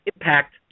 impact